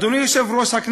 אדוני היושב-ראש,